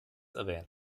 erwähnt